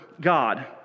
God